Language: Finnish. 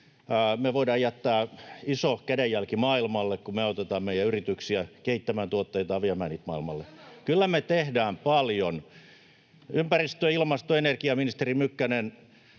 Me voidaan jättää iso kädenjälki maailmalle, kun me autetaan meidän yrityksiä kehittämään tuotteitaan, viemään niitä maailmalle. [Välihuuto vasemmalta] Kyllä me tehdään paljon. Ympäristö-, ilmasto- ja energiaministeri Mykkänen